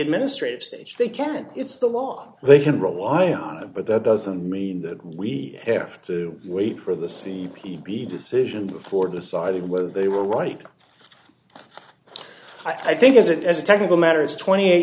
administrative stage they can't it's the law they can rely on but that doesn't mean that we have to wait for the c p b decision before deciding whether they were right i think is it as a technical matter is twenty eight